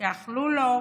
שאכלו לו,